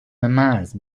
مزر